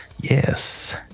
yes